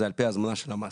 זה על פי הזמנה של המעסיק